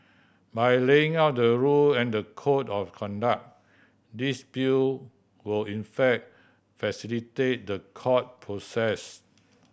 by laying out the rule and the code of conduct this Bill will in fact facilitate the court process